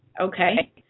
okay